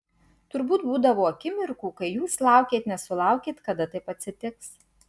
turbūt būdavo akimirkų kai jūs laukėt nesulaukėt kada taip atsitiks